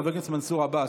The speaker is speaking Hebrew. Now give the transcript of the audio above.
חבר הכנסת מנסור עבאס,